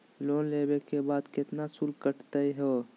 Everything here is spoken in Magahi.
लोन लेवे के बाद केतना शुल्क कटतही हो?